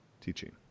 teaching